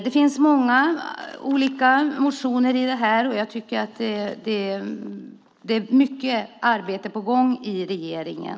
Det finns många olika motioner i detta sammanhang, och mycket arbete är på gång i regeringen.